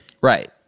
Right